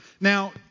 Now